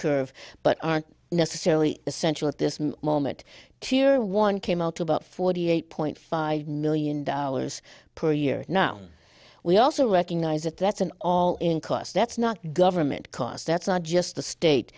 curve but aren't necessarily essential at this moment tear one came out about forty eight point five million dollars per year now we also recognize that that's an all in cost that's not government cost that's not just the state